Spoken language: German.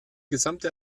gesamte